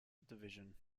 division